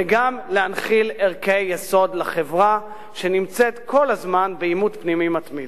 וגם להנחיל ערכי יסוד לחברה שנמצאת בעימות פנימי מתמיד.